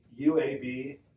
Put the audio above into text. UAB